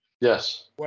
Yes